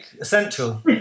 Essential